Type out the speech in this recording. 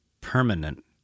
permanent